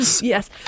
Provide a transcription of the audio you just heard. Yes